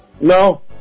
No